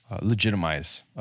legitimize